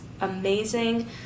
amazing